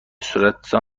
صورتحساب